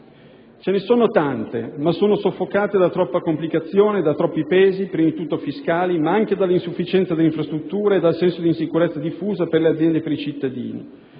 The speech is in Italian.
Ce ne sono tante, ma sono soffocate da troppa complicazione, da troppi pesi, prima di tutto fiscali, ma anche dall'insufficienza delle infrastrutture e dal senso di insicurezza diffuso per le aziende e per i cittadini.